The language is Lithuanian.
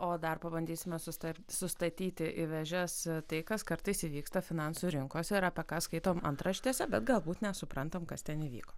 o dar pabandysime susitart sustatyti į vėžes tai kas kartais įvyksta finansų rinkose ir apie ką skaitom antraštėse bet galbūt nesuprantam kas ten įvyko